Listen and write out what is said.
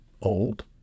old